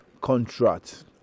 contract